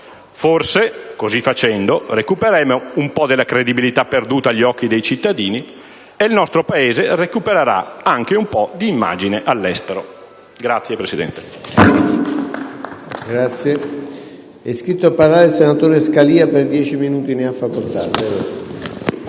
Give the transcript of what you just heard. Forse, così facendo, recupereremo un po' della credibilità perduta agli occhi dei cittadini, e il nostro Paese recupererà anche un po' di immagine all'estero. *(Applausi